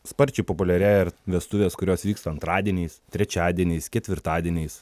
sparčiai populiarėja ir vestuvės kurios vyksta antradieniais trečiadieniais ketvirtadieniais